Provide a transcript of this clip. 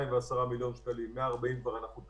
140 מיליון שקלים מתוך 210 מיליון שקלים כבר תרמנו,